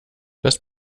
das